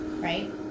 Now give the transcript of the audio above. Right